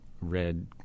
red